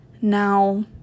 Now